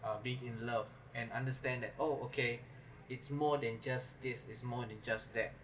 uh making love and understand that oh okay it's more than just this is more than just that